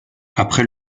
après